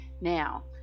now